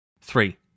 three